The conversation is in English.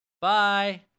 Bye